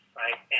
right